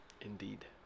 Indeed